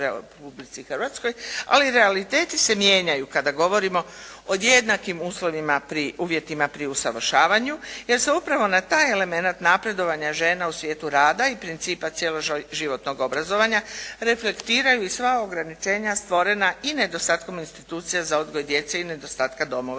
ali realiteti se mijenjaju kada govorimo o jednakim uvjetima pri usavršavanju jer se upravo na taj elemenat napredovanja žena u svijetu rada i principa cijelo životnog obrazovanja reflektiraju i sva ograničenja stvorena i nedostatkom institucija za odgoj djece i nedostatka domova